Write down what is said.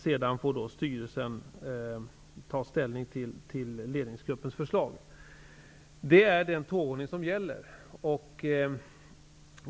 Sedan får styrelsen ta ställning till ledningsgruppens förslag. Det är den tågordning som gäller.